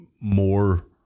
more